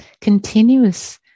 continuous